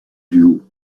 duo